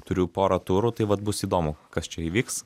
turiu porą turų tai vat bus įdomu kas čia įvyks